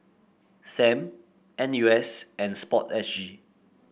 Sam N U S and sport S G